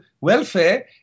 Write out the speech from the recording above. welfare